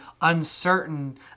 uncertain